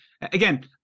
again